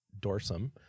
Dorsum